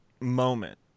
moment